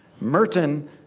Merton